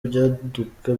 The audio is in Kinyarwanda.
ibyaduka